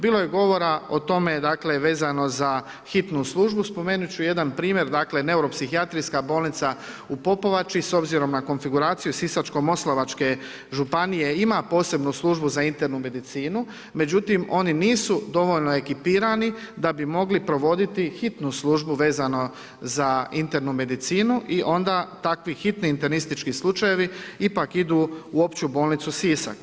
Bilo je govora o tome, dakle, vezano za Hitnu službu, spomenut ću jedan primjer, dakle, Neuropsihijatrijska bolnica u Popovači, s obzirom na konfiguraciju Sisačko-moslavačke županije, ima posebnu Službu za internu medicinu, međutim oni nisu dovoljno ekipirani da bi mogli provoditi Hitnu službu vezano za internu medicinu i onda takvih i onda takvi hitni internistički slučajevi ipak idu u opću bolnicu Sisak.